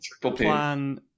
plan